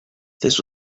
this